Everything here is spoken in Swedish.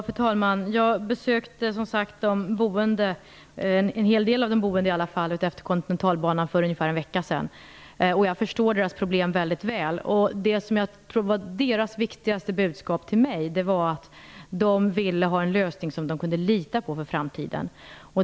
Fru talman! Jag besökte som sagt en hel del av de boende utmed kontinentalbanan för ungefär en vecka sedan. Jag förstår mycket väl deras problem. Det som jag tror var deras viktigaste budskap till mig var att de ville ha en lösning som de kunde lita på för framtiden.